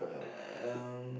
um